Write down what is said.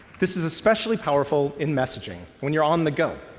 this is especially powerful in messaging when you're on the go.